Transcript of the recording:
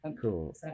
cool